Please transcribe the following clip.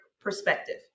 perspective